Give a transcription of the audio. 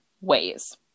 ways